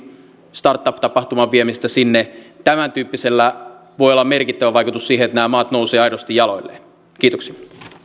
startup tapahtuman viemisestä sinne tämäntyyppisellä voi olla merkittävä vaikutus siihen että nämä maat nousevat aidosti jaloilleen kiitoksia